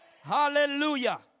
Hallelujah